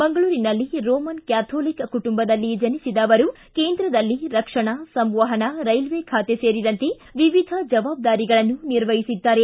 ಮಂಗಳೂರಿನಲ್ಲಿ Roman Catholic ಕುಟುಂಬದಲ್ಲಿ ಜನಿಸಿದ ಅವರು ಕೇಂದ್ರದಲ್ಲಿ ರಕ್ಷಣಾ ಸಂವಹನ ರೈಲ್ವೆ ಬಾತೆ ಸೇರಿದಂತೆ ವಿವಿಧ ಜವಾಬ್ದಾರಿಗಳನ್ನು ನಿರ್ವಹಿಸಿದ್ದಾರೆ